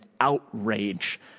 outrage